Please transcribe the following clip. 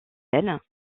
elle